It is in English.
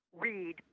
read